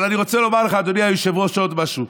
אבל אני רוצה לומר לך, אדוני היושב-ראש, עוד משהו,